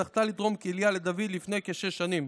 זכתה לתרום כליה לדוד לפני כשש שנים,